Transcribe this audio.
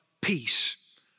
peace